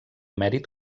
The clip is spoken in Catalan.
mèrit